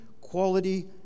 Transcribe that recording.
quality